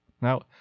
Now